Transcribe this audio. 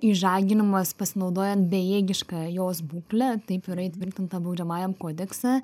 išžaginimas pasinaudojant bejėgiška jos būkle taip yra įtvirtinta baudžiamajam kodekse